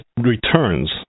returns